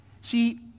See